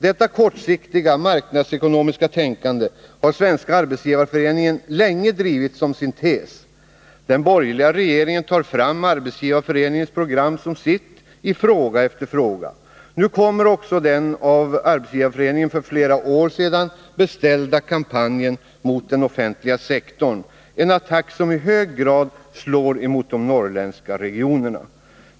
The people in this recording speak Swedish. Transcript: Detta kortsiktiga marknadsekonomiska tänkande har Svenska arbetsgivareföreningen länge drivit som sin tes. Den borgerliga regeringen gör Arbetsgivareföreningens program till sitt i fråga efter fråga. Nu kommer också den av SAF för flera år sedan beställda kampanjen mot den offentliga sektorn — en attack som i hög grad slår mot de norrländska regionerna.